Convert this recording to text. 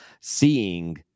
seeing